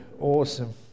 Awesome